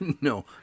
No